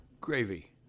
Gravy